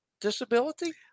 disability